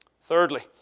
Thirdly